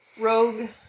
rogue